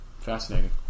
Fascinating